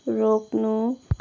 रोक्नु